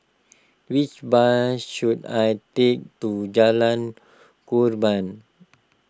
which bus should I take to Jalan Korban